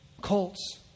Cults